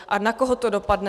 A na koho to dopadne?